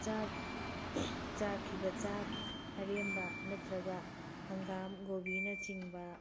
ꯆꯥꯛ ꯆꯥꯈꯤꯕ ꯆꯥꯛ ꯑꯔꯦꯝꯕ ꯅꯠꯇ꯭ꯔꯒ ꯍꯪꯒꯥꯝ ꯀꯣꯕꯤꯅꯆꯤꯡꯕ